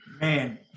Man